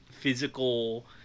physical